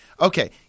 Okay